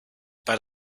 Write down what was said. but